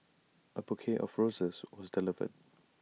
A bouquet of roses was delivered